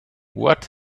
what